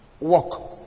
Walk